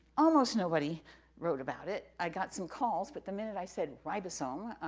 almost nobody wrote about it. i got some calls, but the minute i said ribosome,